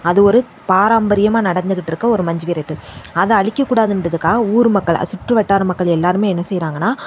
அது ஒரு பாராம்பரியமாக நடந்துக்கிட்டு இருக்க ஒரு மஞ்சு விரட்டு அதை அழிக்கக்கூடாதுன்றதுக்காக ஊர் மக்களை சுற்றுவட்டார மக்கள் எல்லோருமே என்ன செய்கிறாங்கனா